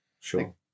Sure